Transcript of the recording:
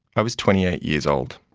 i was twenty eight years old.